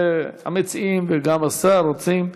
המציעים וגם השר רוצים,